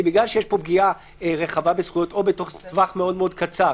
בגלל שיש פה פגיעה רחבה בזכויות או בטווח מאוד מאוד קצר,